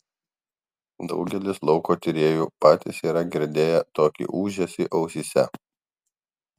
daugelis lauko tyrėjų patys yra girdėję tokį ūžesį ausyse